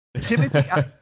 Timothy